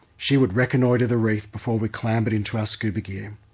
she would reconnoitre the reef before we clambered into our scuba gear.